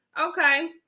Okay